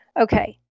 Okay